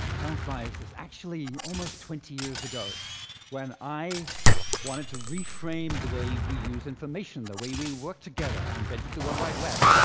time flies. it's actually almost twenty years ago when i wanted to reframe the way we use information, the way we work together i invented the world wide web.